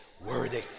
worthy